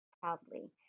proudly